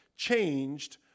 changed